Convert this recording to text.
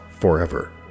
forever